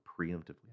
preemptively